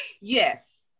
Yes